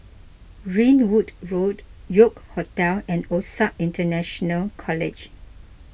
Ringwood Road York Hotel and Osac International College